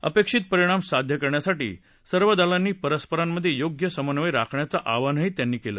अपेक्षित परिणाम साध्य करण्यासाठी सर्व दलांनी परस्परांमधे योग्य समन्वय राखण्याचं आवाहन त्यांनी केलं